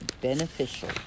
beneficial